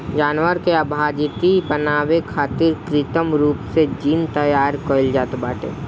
जानवर के अभिजाति बनावे खातिर कृत्रिम रूप से जीन तैयार कईल जात बाटे